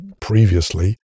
previously